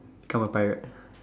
become a pirate